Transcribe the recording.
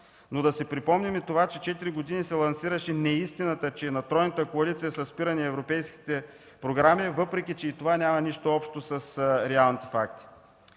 Да си припомним и това, че 4 години се лансираше неистината, че на тройната коалиция са спирани европейските програми, въпреки че и това няма нищо общо с реални факти.